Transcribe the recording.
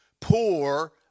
poor